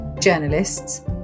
journalists